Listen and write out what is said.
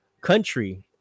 country